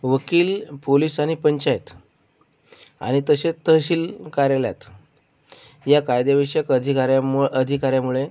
वकील पोलिस आणि पंचायत आणि तसेच तहसील कार्यालयात या कायदेविषयक अधिकार्यामुअ अधिकाऱ्यामुळे